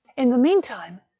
in the meantime,